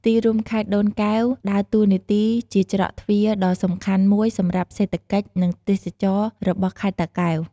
ទីរួមខេត្តដូនកែវដើរតួនាទីជាច្រកទ្វារដ៏សំខាន់មួយសម្រាប់សេដ្ឋកិច្ច និងទេសចរណ៍របស់ខេត្តតាកែវ។